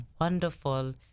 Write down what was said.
wonderful